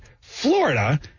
Florida